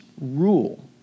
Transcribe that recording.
rule